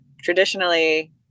Traditionally